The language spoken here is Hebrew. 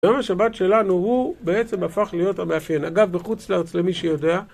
יום השבת שלנו הוא בעצם הפך להיות המאפיין. אגב, בחוץ לארץ למי שיודע